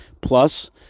plus